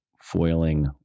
foiling